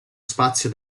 spazio